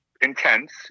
intense